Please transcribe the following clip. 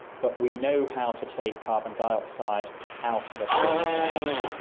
but we know how to take carbon dioxide out of a stream of gas,